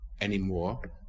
anymore